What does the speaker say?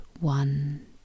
one